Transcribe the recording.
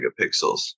megapixels